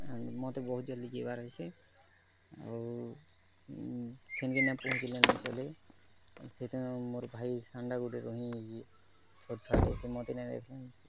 ମତେ ବହୁତ୍ ଜଲ୍ଦି ଯିବାର୍ ଅଛେ ଆଉ ସେନ୍କେ ନାଇଁ ପହଁଚିଲେ ନେଇ ଚଲେ ସେଟା ମୋର୍ ଭାଇ ସାନ୍ଟା ଗୁଟେ ରହିଯାଇଛେ ଛୋଟ୍ ଛୁଆଟେ ସେ ମତେ ନାଁ ଦେଖ୍ଲେ